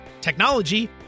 technology